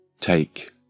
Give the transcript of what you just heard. Take